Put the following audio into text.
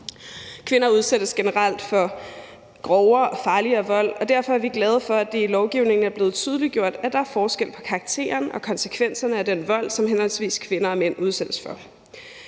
Kvinder udsættes generelt for grovere og farligere vold, og derfor er vi glade for, at det i lovgivningen er blevet tydeliggjort, at der er forskel på karakteren og konsekvenserne af den vold, som henholdsvis kvinder og mænd udsættes for,